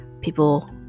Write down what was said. people